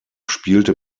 spielte